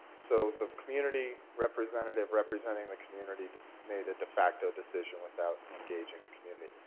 so the community representative representing the community just made a defacto decision without engaging the community.